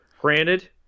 Granted